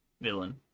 villain